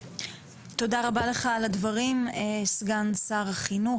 תודה רבה לך על הדברים סגן שר החינוך,